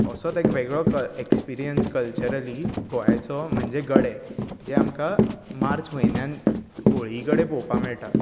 असोच एक वेगळो क एक्सप्रियन्स कल्चरली गोंयचो म्हणजे गडे जे आमकां मार्च म्हयन्यांत होळये कडेन पळोवपाक मेळटात